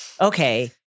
okay